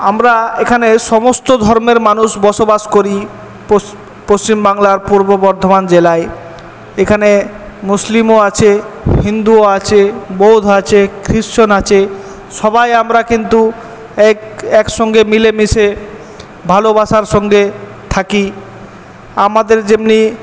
আমরা এখানে সমস্ত ধর্মের মানুষ বসবাস করি পশ্চিমবাংলার পূর্ব বর্ধমান জেলায় এখানে মুসলিমও আছে হিন্দুও আছে বৌধ আছে খ্রীষ্টান আছে সবাই আমরা কিন্তু এক এক সঙ্গে মিলে মিশে ভালোবাসার সঙ্গে থাকি আমাদের যেমনি